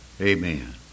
Amen